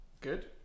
Good